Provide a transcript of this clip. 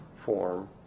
form